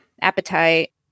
appetite